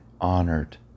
honored